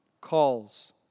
calls